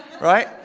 right